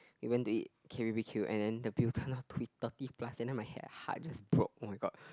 we went to eat k_b_b_q and then the bill turned out to be thirty plus and then my head heart just broke oh-my-god